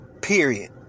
Period